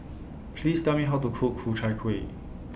Please Tell Me How to Cook Ku Chai Kuih